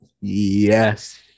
yes